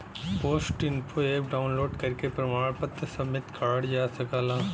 post info app download करके प्रमाण पत्र सबमिट करल जा सकला